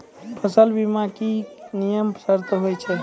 फसल बीमा के की नियम सर्त होय छै?